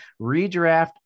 redraft